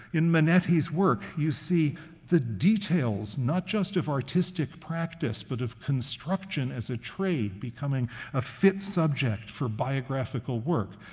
in manetti's work, you see the details, not just of artistic practice, but of construction as a trade becoming a fit subject for biographical work.